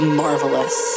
marvelous